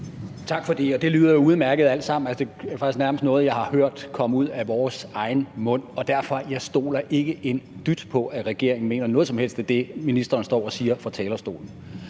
Tak for det. Det lyder jo udmærket alt sammen. Det er faktisk nærmest noget, jeg har hørt komme ud af vores egen mund. Derfor: Jeg stoler ikke en dyt på, at regeringen mener noget som helst med det, ministeren står og siger på talerstolen.